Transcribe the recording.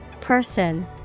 Person